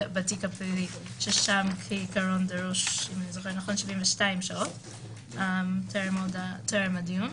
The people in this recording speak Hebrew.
הפלילי ששם דרוש 72 שעות טרם הדיון.